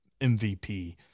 mvp